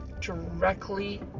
directly